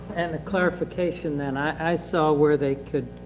and the clarification then. i, i saw where they could,